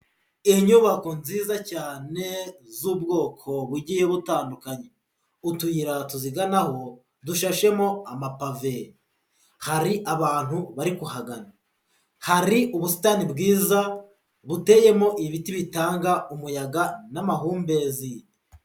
Inyubako nziza cyane z'ubwoko bugiye butandukanye, utuyira tuziganaho dushashemo amapave, hari abantu bari kuhagana, hari ubusitani bwiza buteyemo ibiti bitanga umuyaga n'amahumbezi.